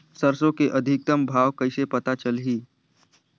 सरसो के अधिकतम भाव कइसे पता चलही?